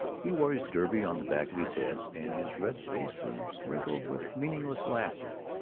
he wore his derby on the back of his head, and his red face was wrinkled with meaningless laughter.